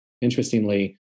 Interestingly